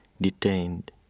detained